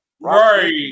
Right